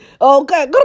Okay